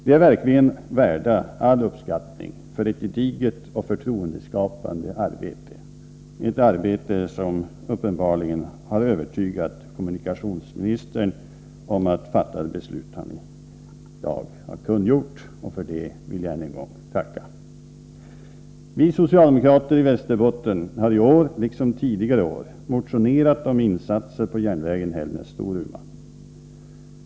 De är verkligen värda all uppskattning för ett gediget och förtroendeskapande arbete, ett arbete som uppenbarligen har övertygat kommunikationsministern om att fatta det beslut han i dag har kungjort — och för det vill jag än en gång tacka. Vi socialdemokrater i Västerbotten har i år liksom tidigare år motionerat om insatser på järnvägen Hällnäs-Storuman.